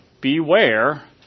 beware